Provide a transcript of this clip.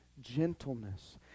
gentleness